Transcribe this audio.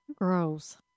gross